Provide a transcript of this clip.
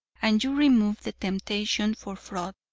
and you remove the temptation for fraud,